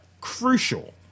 crucial